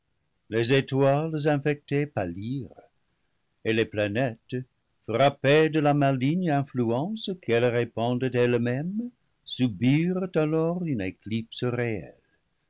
les étoiles infectées pâlirent et les planètes frappées de la maligne influence qu'elles répandent elles-mêmes subirent alors une éclipse réelle